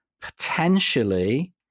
potentially